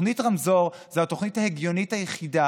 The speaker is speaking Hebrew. תוכנית רמזור זו התוכנית ההגיונית היחידה